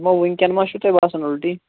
دوٛپمو وُنکیٚن ما چھُ تۄہہِ باسان اُلٹۍ